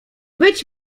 być